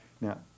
Now